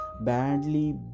badly